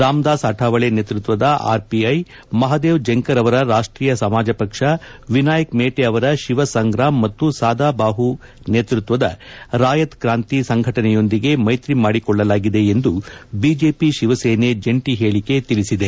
ರಾಮದಾಸ್ ಅರಾವಳೆ ನೇತೃತ್ವದ ಆರ್ಪಿಐ ಮಹದೇವ್ ಜಂಕರ್ ಅವರ ರಾಷ್ತೀಯ ಸಮಾಜ ಪಕ್ಷ ವಿನಾಯಕ್ ಮೇಟೆ ಅವರ ಶಿವ ಸಂಗ್ರಾಮ್ ಮತ್ತು ಸದಾಬಾಹು ನೇತ್ಯತ್ವದ ರಾಯತ್ ಕ್ರಾಂತಿ ಸಂಘಟನೆಯೊಂದಿಗೆ ಮೈತ್ರಿ ಮಾಡಿಕೊಳ್ಳಲಾಗಿದೆ ಎಂದು ಬಿಜೆಪಿ ಶಿವಸೇನೆ ಜಂಟಿ ಹೇಳಿಕೆ ತಿಳಿಸಿದೆ